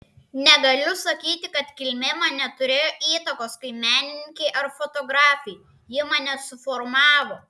negaliu sakyti kad kilmė man neturėjo įtakos kaip menininkei ar fotografei ji mane suformavo